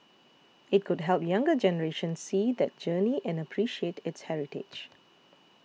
it could help younger generations see that journey and appreciate its heritage